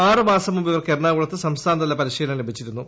ആറ് മാസം മുമ്പ് ഇവർക്ക് എറണാകുളത്ത് സംസ്ഥാനതല പ്പരിശ്രീലനം ലഭിച്ചിരുന്നു